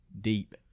Deep